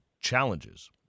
challenges